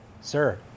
sir